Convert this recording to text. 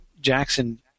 Jackson